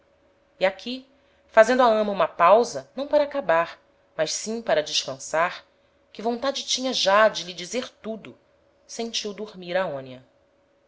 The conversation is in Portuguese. e aqui fazendo a ama uma pausa não para acabar mas sim para descansar que vontade tinha já de lhe dizer tudo sentiu dormir aonia